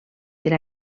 per